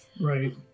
right